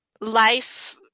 life